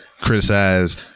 criticize